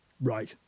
Right